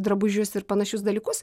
drabužius ir panašius dalykus